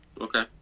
okay